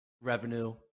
revenue